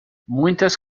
muitas